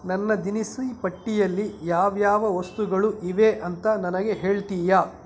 ನನ್ನ ದಿನಸಿ ಪಟ್ಟಿಯಲ್ಲಿ ಯಾವ ಯಾವ ವಸ್ತುಗಳು ಇವೆ ಅಂತ ನನಗೆ ಹೇಳ್ತೀಯಾ